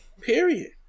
Period